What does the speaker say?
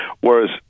Whereas